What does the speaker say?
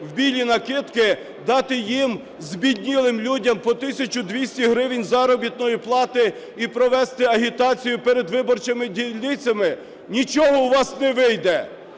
в білі накидки, дати їм, збіднілим людям, по тисячу 200 гривень заробітної плати і провести агітацію перед виборчими дільницями. Нічого у вас не вийде: